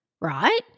right